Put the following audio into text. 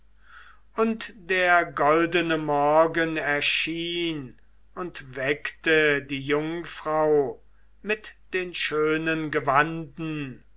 und der goldene morgen erschien und weckte die jungfrau mit den schönen gewanden